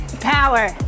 Power